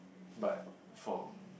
but from